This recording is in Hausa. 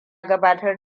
gabatar